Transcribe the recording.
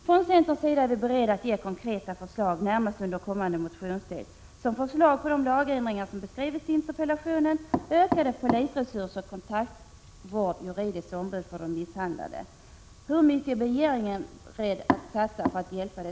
Från centerns sida är vi beredda att ge konkreta förslag, närmast under den kommande motionstiden, såsom förslag om de lagändringar som beskrivits i interpellationen, ökade polisresurser, kontraktsvård, juridiskt ombud för de misshandlade.